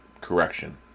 correction